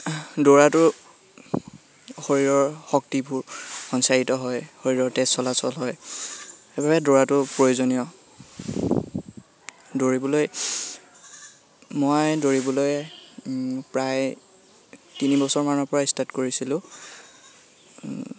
দৌৰাটো শৰীৰৰ শক্তিবোৰ সঞ্চাৰিত হয় শৰীৰৰ তেজ চলাচল হয় সেইবাবে দৌৰাটো প্ৰয়োজনীয় দৌৰিবলৈ মই দৌৰিবলৈ প্ৰায় তিনি বছৰমানৰপৰা ষ্টাৰ্ট কৰিছিলোঁ